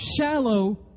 shallow